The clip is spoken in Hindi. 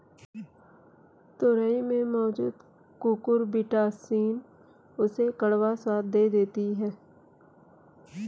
तोरई में मौजूद कुकुरबिटॉसिन उसे कड़वा स्वाद दे देती है